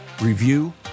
review